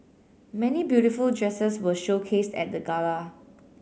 many beautiful dresses were showcased at the gala